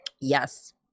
Yes